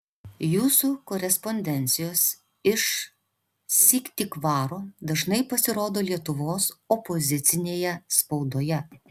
jūsų korespondencijos iš syktyvkaro dažnai pasirodo lietuvos opozicinėje spaudoje